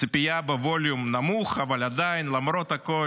ציפייה בווליום נמוך, אבל עדיין, למרות הכול,